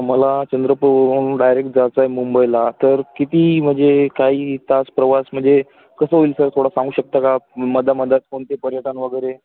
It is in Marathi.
मला चंद्रपूरवरून डायरेक्ट जायचं आहे मुंबईला तर किती म्हणजे काही तास प्रवास म्हणजे कसं होईल सर थोडं सांगू शकता का मध्येमध्येच कोणते पर्यटन वगैरे